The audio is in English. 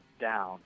down